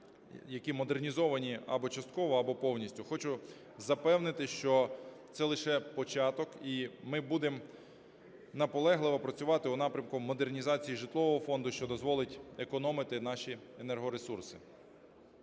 які модернізовані або частково або повністю. Хочу запевнити, що це лише початок і ми будемо наполегливо працювати в напрямку модернізації житлового фонду, що дозволить економити наші енергоресурси.